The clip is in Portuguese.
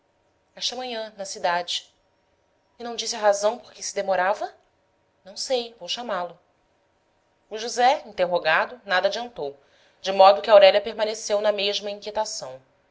esta manhã na cidade e não disse a razão por que se demorava não sei eu vou chamá-lo o josé interrogado nada adiantou de modo que aurélia permaneceu na mesma inquietação